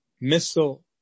missile